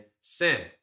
sin